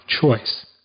Choice